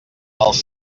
els